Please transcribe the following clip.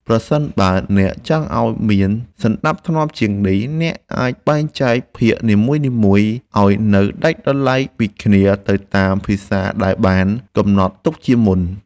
ប្រសិនបើអ្នកចង់ឱ្យមានសណ្តាប់ធ្នាប់ជាងនេះអ្នកអាចបែងចែកភាគនីមួយៗឱ្យនៅដាច់ដោយឡែកពីគ្នាទៅតាមភាសាដែលបានកំណត់ទុកជាមុន។